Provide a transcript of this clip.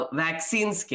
vaccines